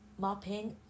mopping